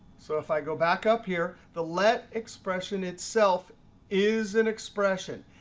so if i go back up here, the let expression itself is an expression.